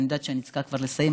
ואני יודעת שאני כבר צריכה לסיים,